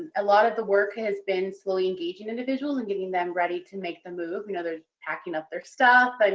a lot of the work has been slowly engaging individuals and getting them ready to make the move. and ah they're packing up their stuff, and